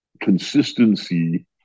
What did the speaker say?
consistency